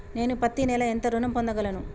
నేను పత్తి నెల ఎంత ఋణం పొందగలను?